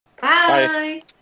bye